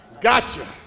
Gotcha